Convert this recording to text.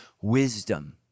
wisdom